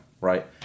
Right